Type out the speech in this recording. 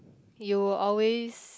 you always